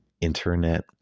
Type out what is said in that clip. Internet